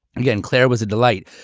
again, claire was a delight,